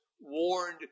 warned